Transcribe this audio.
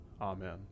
amen